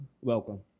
welcome